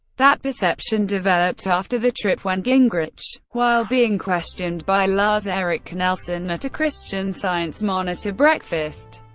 that perception developed after the trip when gingrich, while being questioned by lars-erik nelson at a christian science monitor breakfast,